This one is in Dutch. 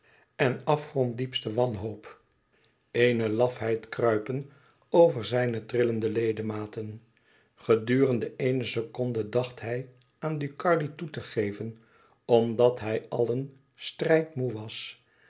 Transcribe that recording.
en afgronddiepste wanhoop eene lafheid kruipen over zijne trillende ledematen gedurende eene seconde dacht hij aan ducardi toe te geven omdat hij àllen strijd moê was